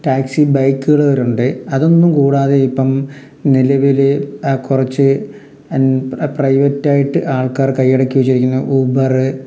taxi ബൈക്കുകൾ വരുന്നുണ്ട് അതൊന്നും കൂടാതെ ഇപ്പം നിലവിൽ കുറച്ചു പ്രൈവറ്റായിട്ട് ആൾക്കാർ കൈയടക്കി വച്ചിരിക്കുന്ന ഊബറ്